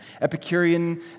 Epicurean